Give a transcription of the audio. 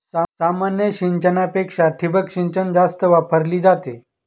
सामान्य सिंचनापेक्षा ठिबक सिंचन जास्त वापरली जाते